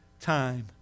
time